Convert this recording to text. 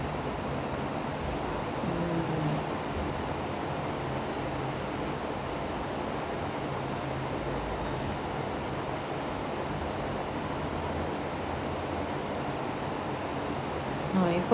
mm oh if